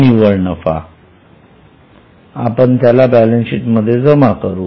हा निव्वळ नफा आहे आपण त्याला बॅलन्सशीट मध्ये जमा करू